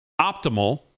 optimal